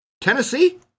Tennessee